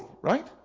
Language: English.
right